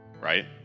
right